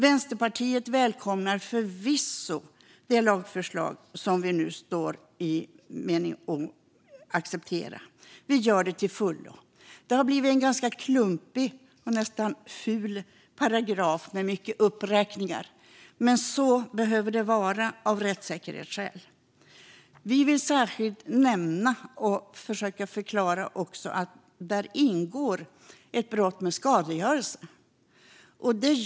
Vänsterpartiet välkomnar till fullo detta lagförslag. Det har blivit en ganska klumpig och nästan ful paragraf med många uppräkningar, men så behöver det vara av rättssäkerhetsskäl. Vi vill särskilt nämna att här ingår ett skadegörelsebrott.